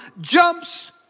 jumps